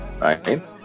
right